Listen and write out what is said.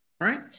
Right